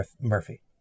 Murphy